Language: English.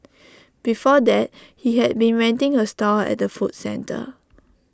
before that he had been renting A stall at the food centre